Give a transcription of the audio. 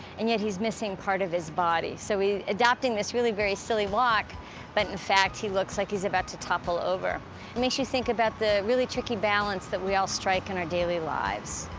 and yet, he's missing part of his body. so we, adapting this really very silly walk but in fact, he looks like he's about to topple over. it makes you think about the really tricky balance that we all strike in our daily lives.